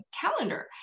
calendar